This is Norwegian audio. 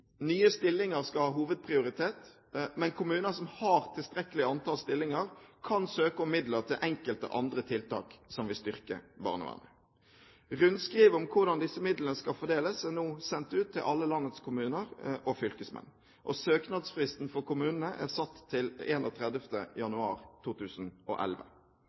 Nye stillinger skal ha hovedprioritet, men kommuner som har tilstrekkelig antall stillinger, kan søke om midler til enkelte andre tiltak som vil styrke barnevernet. Rundskriv om hvordan disse midlene skal fordeles, er nå sendt ut til alle landets kommuner og fylkesmenn. Søknadsfristen for kommunene er satt til 31. januar 2011.